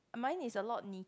mine is a lot neat~